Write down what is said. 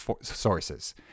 sources